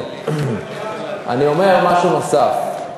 אני אומר משהו נוסף.